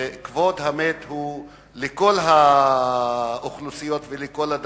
כי כבוד המת הוא לכל האוכלוסיות ולכל הדתות.